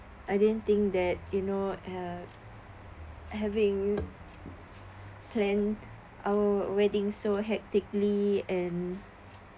I didn't think that you know uh having plan our wedding so hectically and